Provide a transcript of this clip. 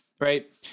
Right